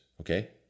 okay